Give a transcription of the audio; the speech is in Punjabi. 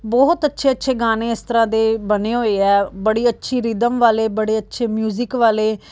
ਬਹੁਤ ਅੱਛੇ ਅੱਛੇ ਗਾਣੇ ਇਸ ਤਰ੍ਹਾਂ ਦੇ ਬਣੇ ਹੋਏ ਹੈ ਬੜੀ ਅੱਛੀ ਰਿਧਮ ਵਾਲੇ ਬੜੇ ਅੱਛੇ ਮਿਊਜਿਕ ਵਾਲੇ